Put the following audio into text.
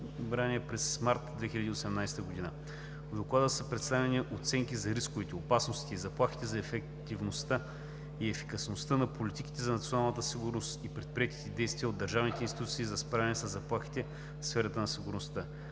през март 2018 г. В Доклада са представени оценките за рисковете, опасностите и заплахите за ефективността и ефикасността на политиките за националната сигурност и предприетите действия от държавните институции за справяне със заплахите в сферата на сигурността.